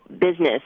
business